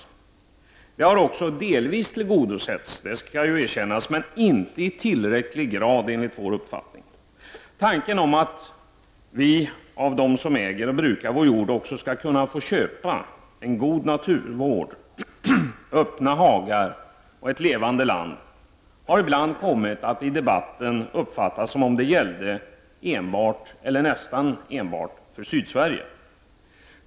Det kravet har också delvis tillgodosetts — det skall erkännas — men inte i tillräcklig grad enligt vår uppfattning. Tanken att vi av dem som äger och brukar vår jord också skall kunna få köpa en god naturvård, öppna hagar och ett levande land har ibland kommit att i debatten uppfattas som om det gällde enbart eller nästan enbart för Sydsverige.